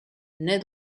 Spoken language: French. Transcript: naît